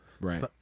right